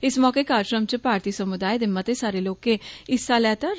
इस मौके कार्जक्रम च भारतीय समुदाय दे मते सारे लोकें हिस्सा लैत्ता